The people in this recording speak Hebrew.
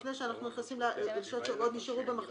לפני שאנחנו ממשיכים עם הנקודות שבמחלוקת